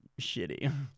shitty